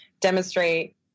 demonstrate